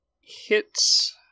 Hits